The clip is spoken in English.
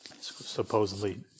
supposedly